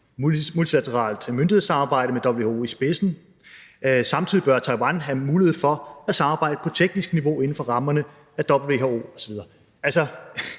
multilateralt myndighedssamarbejde med WHO i spidsen. Samtidig bør Taiwan have mulighed for at samarbejde på teknisk niveau inden for rammerne af WHO, osv.